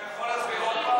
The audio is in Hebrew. אתה יכול להסביר עוד פעם?